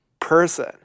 person